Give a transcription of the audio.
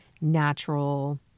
natural